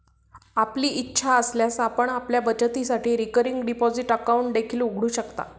आपली इच्छा असल्यास आपण आपल्या बचतीसाठी रिकरिंग डिपॉझिट अकाउंट देखील उघडू शकता